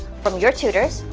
from your tutors,